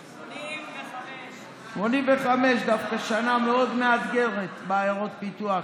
1985. 1985, דווקא שנה מאוד מאתגרת בעיירות פיתוח.